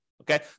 Okay